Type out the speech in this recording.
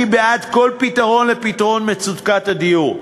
אני בעד כל פתרון למצוקת הדיור,